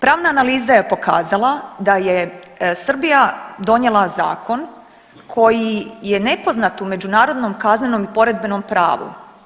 Pravna analiza je pokazala da je Srbija donijela zakon koji je nepoznat u međunarodnom kaznenom poredbenom pravu.